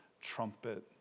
trumpet